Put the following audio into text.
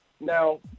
Now